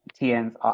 TN's